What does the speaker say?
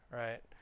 right